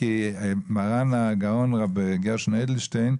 מרן הגאון הרב גרשון אדלשטיין,